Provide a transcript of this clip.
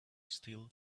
still